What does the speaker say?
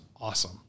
awesome